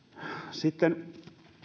sitten